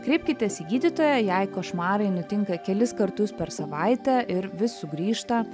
kreipkitės į gydytoją jei košmarai nutinka kelis kartus per savaitę ir vis sugrįžta